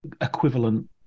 equivalent